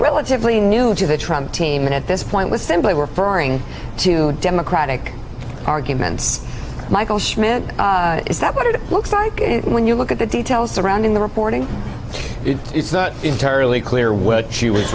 relatively new to the team and at this point was simply referring to democratic argument michael schmidt is that what it looks like when you look at the details surrounding the reporting it's not entirely clear what she was